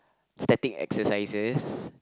static exercises